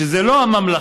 שזה לא הממלכתי,